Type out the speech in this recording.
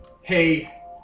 Hey